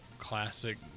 classic